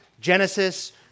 Genesis